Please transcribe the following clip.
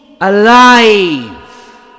alive